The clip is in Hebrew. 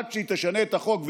עד שהיא תשנה את החוק,